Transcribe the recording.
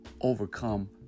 overcome